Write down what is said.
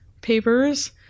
papers